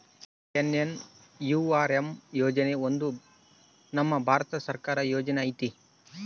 JNNURM ಯೋಜನೆ ಒಂದು ನಮ್ ಭಾರತ ಸರ್ಕಾರದ ಯೋಜನೆ ಐತಿ